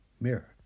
Mirror